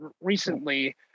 recently